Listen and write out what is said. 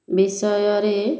ବିଷୟରେ